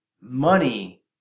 money